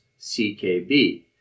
CKB